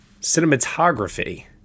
Cinematography